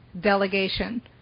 delegation